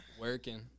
Working